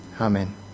amen